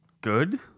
good